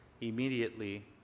Immediately